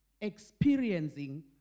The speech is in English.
Experiencing